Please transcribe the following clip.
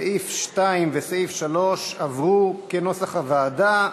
סעיף 2 וסעיף 3 עברו כנוסח הוועדה.